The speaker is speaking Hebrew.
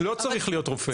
לא צריך להיות רופא.